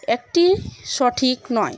একটি সঠিক নয়